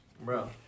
Bro